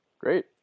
Great